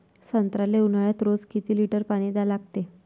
संत्र्याले ऊन्हाळ्यात रोज किती लीटर पानी द्या लागते?